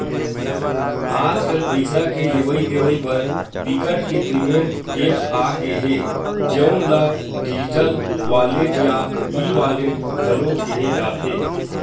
आजकल पइसा के लेवइ देवइ बर बिकट के पेमेंट ऐप्स आ गे हे जउन ल डिजिटल वॉलेट या ई वॉलेट घलो केहे जाथे